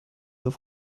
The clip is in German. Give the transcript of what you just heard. auf